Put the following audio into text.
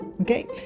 Okay